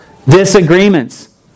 disagreements